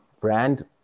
brand